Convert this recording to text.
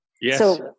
Yes